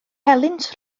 helynt